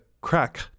crack